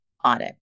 audit